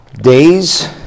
days